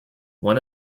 one